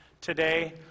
today